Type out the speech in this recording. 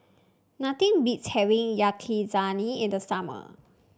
nothing beats having Yakizakana in the summer